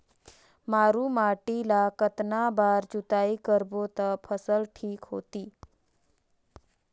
मारू माटी ला कतना बार जुताई करबो ता फसल ठीक होती?